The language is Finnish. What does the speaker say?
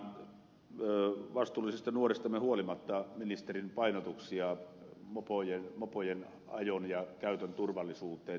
pidän arvokkaina vastuullisista nuoristamme huolimatta ministerin painotuksia mopojen ajon ja käytön turvallisuuteen